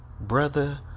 brother